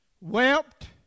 wept